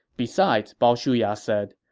besides, bao shuya said,